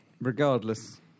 regardless